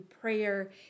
prayer